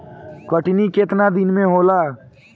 कटनी केतना दिन मे होला?